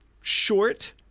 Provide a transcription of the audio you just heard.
short